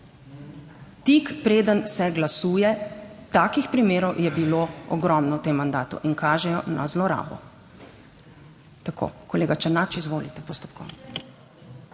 Tik preden se glasuje. Takih primerov je bilo ogromno v tem mandatu in kažejo na zlorabo. Tako. Kolega Černač, izvolite postopkovno.